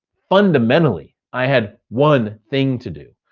fundamentally, i had one thing to do.